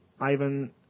Ivan